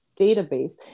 database